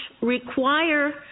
require